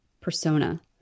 persona